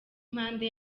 impande